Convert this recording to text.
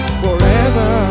forever